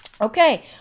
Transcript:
Okay